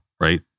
right